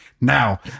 Now